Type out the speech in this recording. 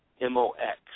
M-O-X